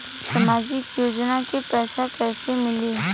सामाजिक योजना के पैसा कइसे मिली?